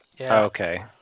Okay